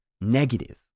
negative